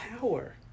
power